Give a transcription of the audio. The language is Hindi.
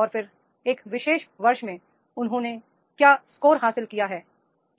और फिर एक विशेष वर्ष में उन्होंने क्या स्कोर हासिल किया है